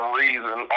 reason